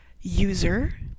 user